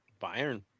Bayern